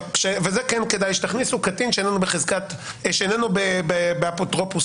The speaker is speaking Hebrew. לכן את זה כן כדאי שתכניסו "קטין שאיננו בחזקת הוריו"